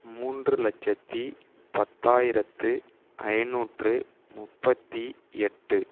மூன்று லட்சத்தி பத்தாயிரத்து ஐநூற்று முப்பத்தி எட்டு